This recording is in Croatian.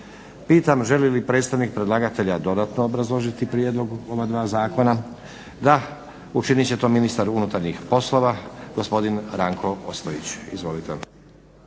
Pitam želi li predstavnik predlagatelja dodatno obrazložiti prijedlog ova dva zakon? Da. Učinit će to ministar unutarnjih poslova, gospodin Ranko Ostojić. Izvolite.